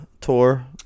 tour